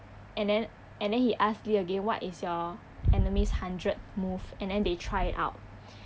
and then and then he asked lee again what is your enemy's hundredth move and then they try it out